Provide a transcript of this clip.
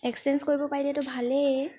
exchange কৰিব পাৰিলেতো ভালেই